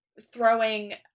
throwing